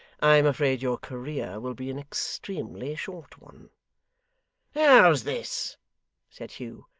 i am afraid your career will be an extremely short one how's this said hugh.